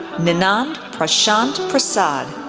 ninad prashant prasade,